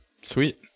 sweet